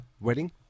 wedding